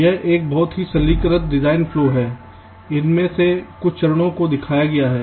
यह एक बहुत ही सरलीकृत डिजाइन फ्लो है इनमें से कुछ चरणों को दिखाया गया है